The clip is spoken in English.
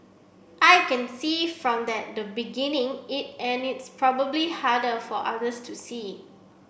I can see from that the beginning it and it's probably harder for others to see